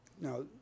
Now